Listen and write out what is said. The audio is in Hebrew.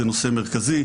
זה נושא מרכזי.